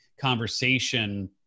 conversation